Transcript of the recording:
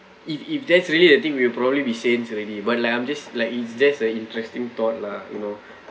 if if that's really a thing we'll probably be saints already but like I'm just like it's just a interesting thought lah you know